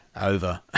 over